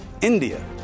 India